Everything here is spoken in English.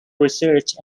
research